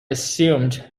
assumed